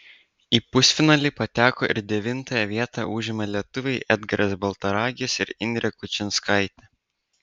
į pusfinalį pateko ir devintąją vietą užėmė lietuviai edgaras baltaragis ir indrė kučinskaitė